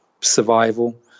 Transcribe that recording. survival